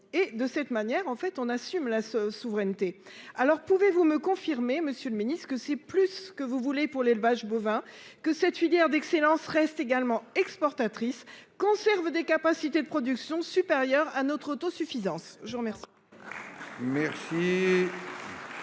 et de cette manière, en fait on assume la souveraineté. Alors, pouvez-vous me confirmer, monsieur le Ministre que c'est plus ce que vous voulez pour l'élevage bovin que cette filière d'excellence reste également exportatrice conserve des capacités de production supérieurs à notre auto-suffisance. Je vous remercie.